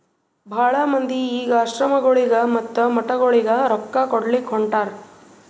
ಭಾಳ ಮಂದಿ ಈಗ್ ಆಶ್ರಮಗೊಳಿಗ ಮತ್ತ ಮಠಗೊಳಿಗ ರೊಕ್ಕಾ ಕೊಡ್ಲಾಕ್ ಹೊಂಟಾರ್